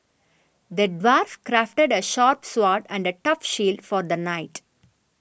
the dwarf crafted a sharp sword and a tough shield for the knight